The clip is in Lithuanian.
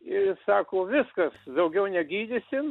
ir sako viskas daugiau negydysim